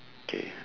K